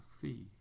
see